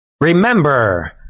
Remember